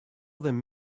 them